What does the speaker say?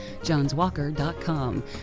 joneswalker.com